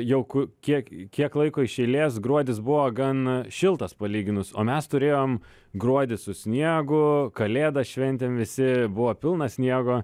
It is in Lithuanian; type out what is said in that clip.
jau ku kiek kiek laiko iš eilės gruodis buvo gan šiltas palyginus o mes turėjom gruodį su sniegu kalėdas šventėm visi buvo pilna sniego